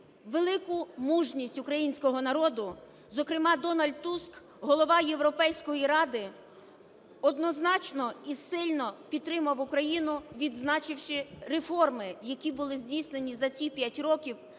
велику мужність українського народу. Зокрема, Дональд Туск, голова Європейської Ради, однозначно і сильно підтримав Україну, відзначивши реформи, які були здійснені за ці 5 років,